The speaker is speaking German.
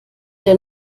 der